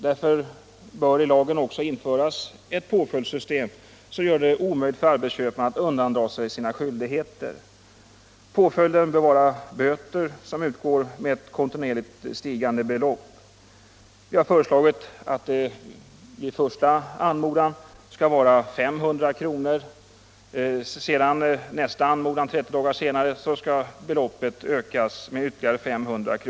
Därför bör i lagen också införas ett påföljdssystem, som gör det omöjligt för arbetsköparna att undandra sig sina skyldigheter. Påföljden bör vara böter som utgår med ett kontinuerligt stigande belopp. Vi har föreslagit att böterna vid första anmodan skall uppgå till 500 kr. Vid nästa anmodan 30 dagar senare skall beloppet ökas med 500 kr.